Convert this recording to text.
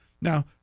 Now